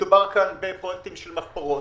מדובר כאן בפרויקטים של מחפורות,